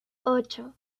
ocho